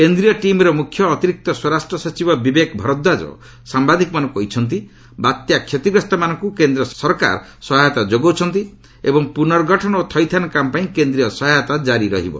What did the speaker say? କେନ୍ଦ୍ରୀୟ ଟିମ୍ର ମ୍ରଖ୍ୟ ଅତିରିକ୍ତ ସ୍ୱରାଷ୍ଟ୍ର ସଚିବ ବିବେକ ଭରଦ୍ୱାଳ ସାମ୍ଭାଦିକମାନଙ୍କୁ କହିଛନ୍ତି ବାତ୍ୟା କ୍ଷତିଗ୍ରସ୍ତମାନଙ୍କୁ କେନ୍ଦ୍ର ସରକାର ସହାୟତା ଯୋଗାଉଛନ୍ତି ଏବଂ ପ୍ରନର୍ଗଠନ ଓ ଥଇଥାନ କାମପାଇଁ କେନ୍ଦ୍ରୀୟ ସହାୟତା କାରି ରହିବ